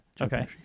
Okay